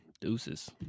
deuces